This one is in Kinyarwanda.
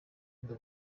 ubwo